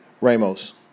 Ramos